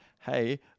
hey